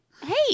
Hey